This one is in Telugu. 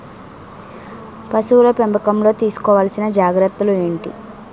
పశువుల పెంపకంలో తీసుకోవల్సిన జాగ్రత్తలు ఏంటి?